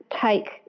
take